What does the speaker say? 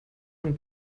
von